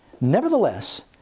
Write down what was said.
Nevertheless